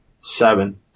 seven